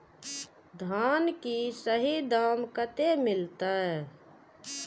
धान की सही दाम कते मिलते?